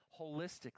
holistically